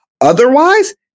Otherwise